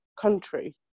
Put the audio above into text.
country